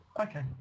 Okay